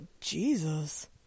Jesus